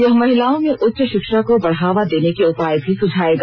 यह महिलाओं में उच्च शिक्षा को बढ़ावा देने के उपाय भी सुझाएगा